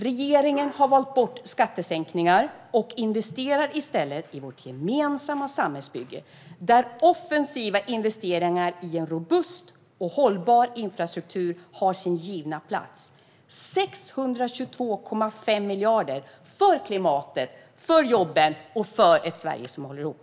Regeringen har valt bort skattesänkningar och investerar i stället i vårt gemensamma samhällsbygge, där offensiva investeringar i en robust och hållbar infrastruktur har sin givna plats - 622,5 miljarder för klimatet, för jobben och för ett Sverige som håller ihop.